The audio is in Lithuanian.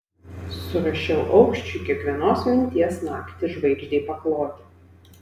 surašiau aukščiui kiekvienos minties naktį žvaigždei pakloti